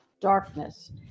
darkness